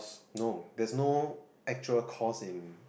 no there's no actual cost in